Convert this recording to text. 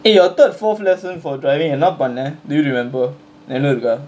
eh your third fourth lesson for driving என்னா பண்ண:ennaa panna do you remember நினவிருக்கா:ninavirukkaa